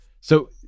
So-